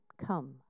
come